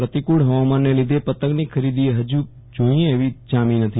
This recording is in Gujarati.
પ્રતિકુળ ફવામાનને લીધે પતંગની ખરીદી હજુ જોઈએ તેવી જામી નથી